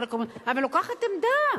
אבל אני לוקחת עמדה.